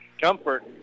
Comfort